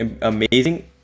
amazing